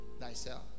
thyself